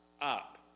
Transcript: up